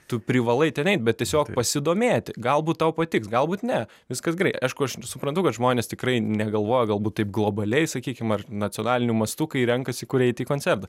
tu privalai ten eit bet tiesiog pasidomėti galbūt tau patiks galbūt ne viskas gerai aišku aš suprantu kad žmonės tikrai negalvoja galbūt taip globaliai sakykim ar nacionaliniu mastu kai renkasi kur eit į koncertą